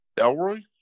Elroy